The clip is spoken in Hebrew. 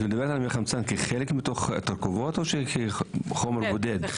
אתה מדבר על מי חמצן כחלק מהתרכובות או כחומר בודד?